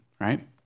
right